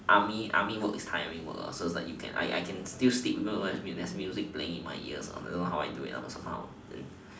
army army work is tiring work so it's like you can I I can still sleep because there's there's music in my ears playing in my ears I don't know how I do it but somehow